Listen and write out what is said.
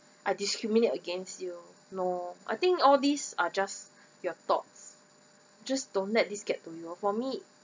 I discriminate against you no I think all these are just your thoughts just don't let this get to you for me